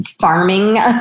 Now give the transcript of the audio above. farming